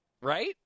right